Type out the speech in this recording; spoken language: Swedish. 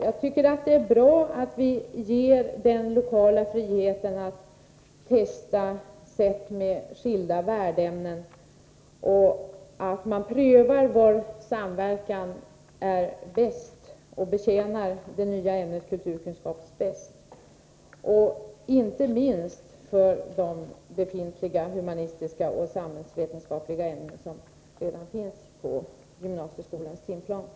Jag tycker att det är bra att vi ger skolorna frihet att lokalt pröva det nya ämnet kulturkunskap i samverkan med skilda värdämnen och att testa vilka ämnen det bäst betjänar. Inte minst är det de redan befintliga humanistiska och samhällsvetenskapliga ämnena på gymnasieskolans timplan som härvid kommer i fråga.